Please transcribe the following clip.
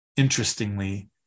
Interestingly